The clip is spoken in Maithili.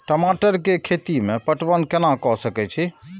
टमाटर कै खैती में पटवन कैना क सके छी?